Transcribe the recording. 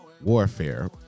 Warfare